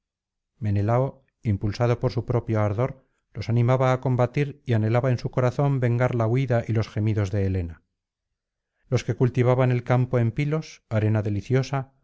menelao impulsado por su propio ardor los animaba á combatir y anhelaba en su corazón vengar la huida y los gemidos de helena los que cultivaban el campo en pilos arena deliciosa